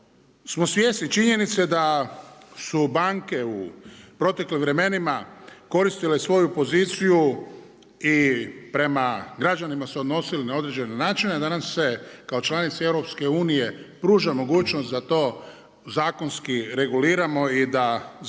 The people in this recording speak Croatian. smo svjesni činjenice da su banke u proteklim vremenima koristile svoju poziciju i prema građanima se odnosili na određene načine, da nam se kao članici EU pruža mogućnost da to zakonski reguliramo i da zakonski